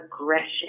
aggression